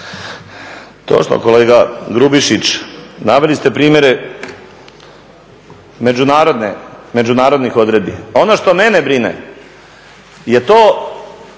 Točno kolega Grubišić, naveli ste primjere međunarodnih odredbi. Ono što mene brine je to